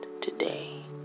today